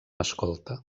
escolta